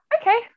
okay